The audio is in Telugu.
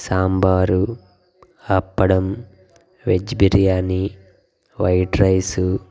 సాంబారు అప్పడం వెజ్ బిర్యానీ వైట్ రైసు